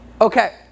Okay